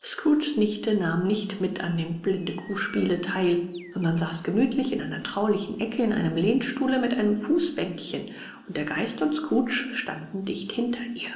scrooges nichte nahm nicht mit an dem blindekuhspiele teil sondern saß gemütlich in einer traulichen ecke in einem lehnstuhle mit einem fußbänkchen und der geist und scrooge standen dicht hinter ihr